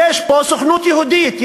יש פה סוכנות יהודית,